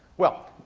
well,